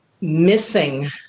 missing